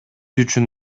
үчүн